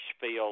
field